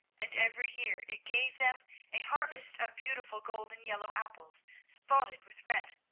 and every year it gave them a harvest of beautiful golden yellow apples spotted with red.